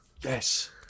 Yes